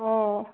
অঁ